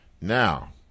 Now